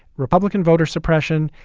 republican voter suppression,